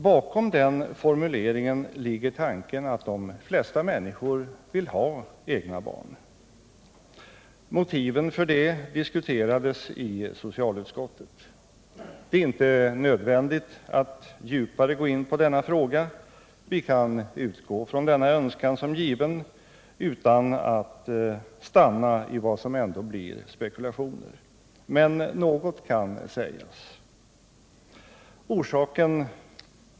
Bakom denna formulering ligger tanken att de flesta människor vill ha egna barn. Motiven härför diskuterades i socialutskottet. Det är inte nödvändigt att gå djupare in på denna fråga — vi kan utgå från denna önskan som given utan att stanna i vad som ändå blir spekulationer. Men något kan sägas.